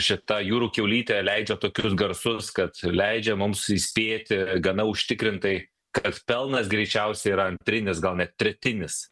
šita jūrų kiaulytė leidžia tokius garsus kad leidžia mums įspėti gana užtikrintai kad pelnas greičiausiai yra antrinis gal net tretinis